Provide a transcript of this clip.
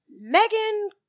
Megan